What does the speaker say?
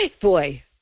Boy